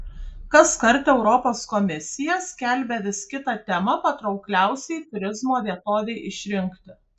kaskart europos komisija skelbia vis kitą temą patraukliausiai turizmo vietovei išrinkti